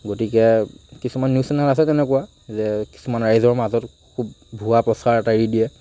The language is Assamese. গতিকে কিছুমান নিউজ চেনেল আছে তেনেকুৱা যে কিছুমান ৰাইজৰ মাজত খুব ভুৱা প্ৰচাৰ এটা এৰি দিয়ে